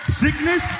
sickness